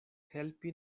helpi